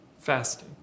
fasting